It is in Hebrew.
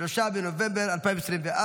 3 בנובמבר 2024,